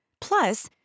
Plus